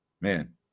man